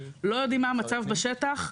לא יודעים מה המצב בשטח,